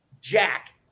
Jack